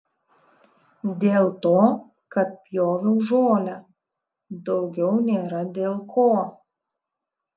dėl to kad pjoviau žolę daugiau nėra dėl ko